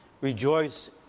Rejoice